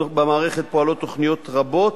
במערכת פועלות תוכניות רבות,